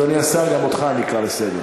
אדוני השר, גם אותך אני אקרא לסדר.